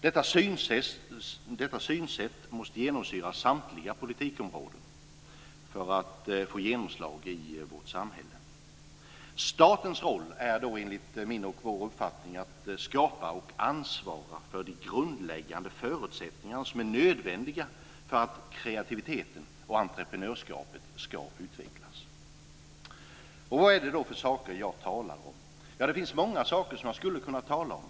Detta synsätt måste genomsyra samtliga politikområden för att få genomslag i vårt samhälle. Statens roll är enligt min och vår uppfattning att skapa och ansvara för de grundläggande förutsättningar som är nödvändiga för att kreativiteten och entreprenörskapet ska utvecklas. Vad är det då för saker jag talar om? Det finns många saker jag skulle kunna tala om.